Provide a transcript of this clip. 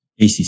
ACC